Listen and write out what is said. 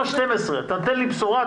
אתה נותן לי בשורה,